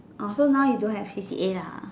orh so now you don't have C_C_A lah